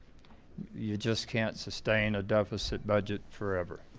you just can't sustain a deficit budget forever